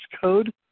code